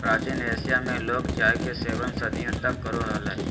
प्राचीन एशिया में लोग चाय के सेवन सदियों तक करो हलय